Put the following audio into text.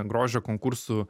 grožio konkursų